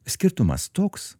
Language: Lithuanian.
skirtumas toks